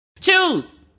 Choose